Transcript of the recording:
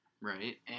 Right